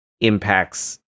impacts